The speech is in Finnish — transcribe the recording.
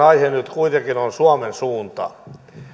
aihe nyt kuitenkin on suomen suunta